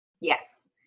Yes